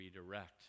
redirect